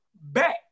back